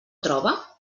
troba